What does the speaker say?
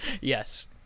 Yes